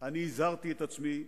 הזהרתי את עצמי,